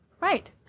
Right